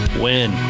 win